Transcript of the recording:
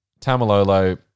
Tamalolo